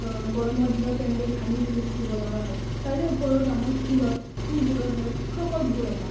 গৰমৰ দিনত এনেকৈ যদি ঘামি জুমি থাকিবলগা হয় তাৰে ওপৰত আমাৰ স্কুলত স্কুলবোৰত ধৰক শিক্ষকৰ বহুত অভাৱ